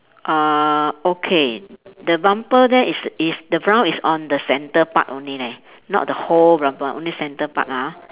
uh okay the bumper there is is the brown is on the centre part only leh not the whole rubber only centre part ah